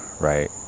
right